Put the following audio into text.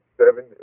seven